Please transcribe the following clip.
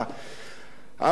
ההוא, ככה,